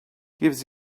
gives